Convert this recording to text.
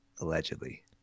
Allegedly